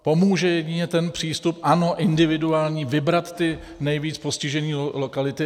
Pomůže jedině ten přístup, ano, individuální, vybrat ty nejvíc postižené lokality.